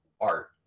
art